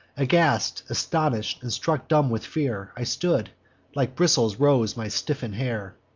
aghast, astonish'd, and struck dumb with fear, i stood like bristles rose my stiffen'd hair.